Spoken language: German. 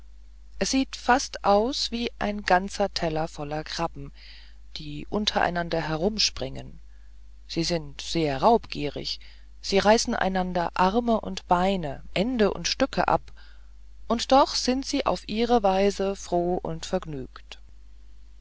es sieht fast aus wie ein ganzer teller voll krabben die untereinander herumspringen sie sind sehr raubgierig sie reißen einander arme und beine enden und stücke ab und doch sind sie auf ihre weise froh und vergnügt